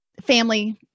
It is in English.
family